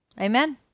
Amen